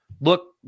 look